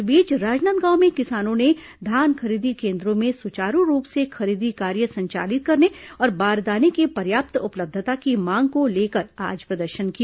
इस बीच राजनांदगांव में किसानों ने धान खरीदी केन्द्रों में सुचारू रूप से खरीदी कार्य संचालित करने और बारदाने की पर्याप्त उपलब्धता की मांग को लेकर आज प्रदर्शन किया